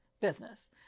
business